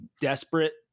desperate